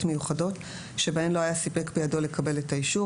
מיוחדות שבהן לא היה סיפק בידו לקבל את האישור,